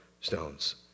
stones